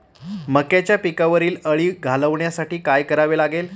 मक्याच्या पिकावरील अळी घालवण्यासाठी काय करावे लागेल?